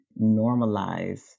normalize